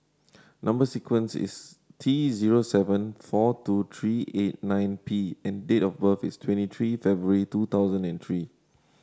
number sequence is T zero seven four two tree eight nine P and date of birth is twenty tree February two thousand and three